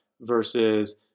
versus